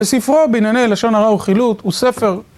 בספרו בענייני לשון הרע ורכילות, הוא ספר